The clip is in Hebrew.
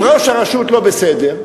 אם ראש הרשות לא בסדר,